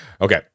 Okay